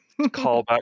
callback